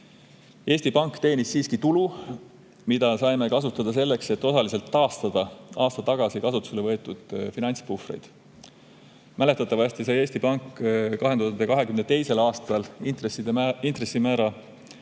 Eesti Pank teenis siiski tulu, mida saime kasutada selleks, et osaliselt taastada aasta tagasi kasutusele võetud finantspuhvreid. Mäletatavasti sai Eesti Pank 2022. aastal intressimäärade